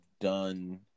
done